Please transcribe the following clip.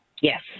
Yes